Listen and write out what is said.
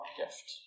gift